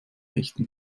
echten